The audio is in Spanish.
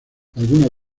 algunas